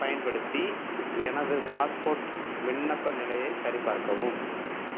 பயன்படுத்தி எனது பாஸ்போர்ட் விண்ணப்ப நிலையை சரிபார்க்கவும்